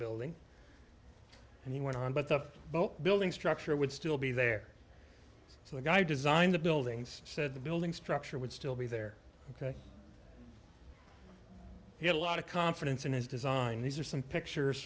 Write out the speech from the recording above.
building and he went on but the boat building structure would still be there so the guy who designed the buildings said the building structure would still be there ok he had a lot of confidence in his design these are some pictures